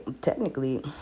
technically